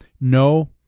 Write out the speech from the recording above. no